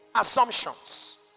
Assumptions